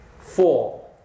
four